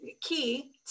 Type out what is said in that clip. key